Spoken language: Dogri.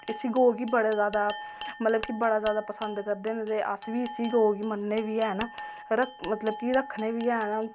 इसी गौऽ गी बड़ा जादा मतलब कि बड़ा जादा पसंद करदे न कि ते अस बी इसी गौऽ गी मन्नने बी हैन मतलब कि रक्खने बी हैन